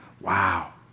Wow